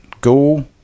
Go